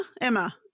Emma